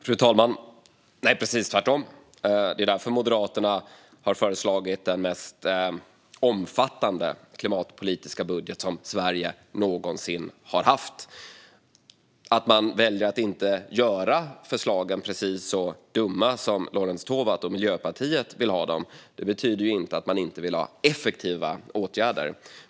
Fru talman! Det är precis tvärtom. Det är därför som Moderaterna har föreslagit den mest omfattande klimatpolitiska budget som Sverige någonsin har haft. Att man väljer att inte göra förslagen precis så dumma som Lorentz Tovatt och Miljöpartiet vill ha dem betyder inte att man inte vill ha effektiva åtgärder.